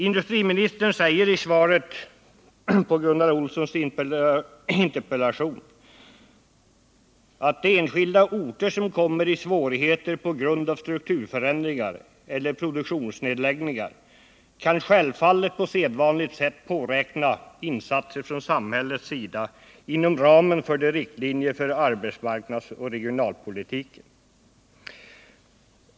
Industriministern säger i sitt svar på Gunnar Olssons interpellation att de enskilda orter som kommer i svårigheter på grund av strukturförändringar eller produktionsnedläggningar självfallet på sedvanligt sätt kan påräkna insatser från samhällets sida inom ramen för riktlinjerna för arbetsmarknadspolitiken och regionalpolitiken.